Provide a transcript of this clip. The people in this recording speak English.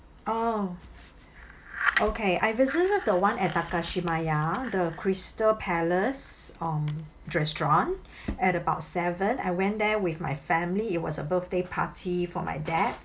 oh okay I visited the one at takashimaya the crystal palace um restaurant at about seven I went there with my family it was a birthday party for my dad